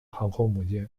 航空母舰